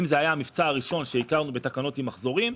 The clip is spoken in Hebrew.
אם זה היה המבצע הראשון שהכרנו בתקנות עם מחזורים,